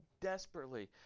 desperately